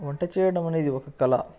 వంట చేయడం అనేది ఒక కళ